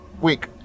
week